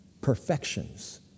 Perfections